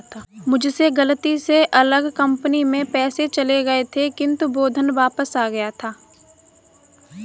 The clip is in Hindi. मुझसे गलती से अलग कंपनी में पैसे चले गए थे किन्तु वो धन वापिस आ गया था